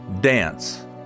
dance